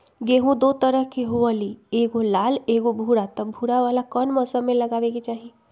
गेंहू दो तरह के होअ ली एगो लाल एगो भूरा त भूरा वाला कौन मौसम मे लगाबे के चाहि?